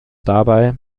dabei